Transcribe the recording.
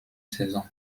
saison